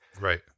Right